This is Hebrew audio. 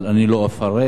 אבל אני לא אפרט.